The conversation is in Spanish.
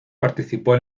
participó